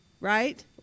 right